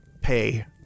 pay